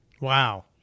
Wow